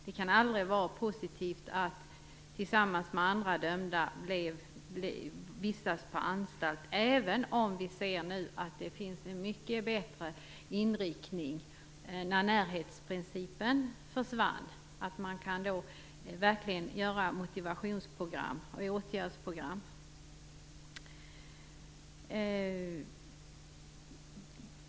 Det kan aldrig vara positivt att vistas på anstalt tillsammans med andra dömda - även om vi nu ser att det blev en mycket bättre inriktning när närhetsprincipen försvann. Nu kan man verkligen genomföra motivationsprogram och åtgärdsprogram.